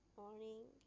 morning